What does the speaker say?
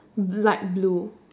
light blue